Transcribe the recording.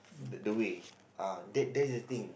the the way uh that that's the thing